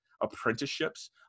apprenticeships